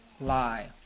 lie